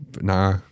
nah